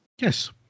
Yes